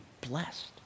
blessed